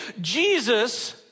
Jesus